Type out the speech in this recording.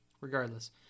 regardless